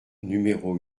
numéro